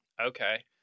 Okay